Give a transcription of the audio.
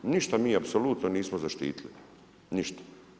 Ništa mi apsolutno nismo zaštitili, ništa.